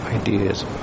Ideas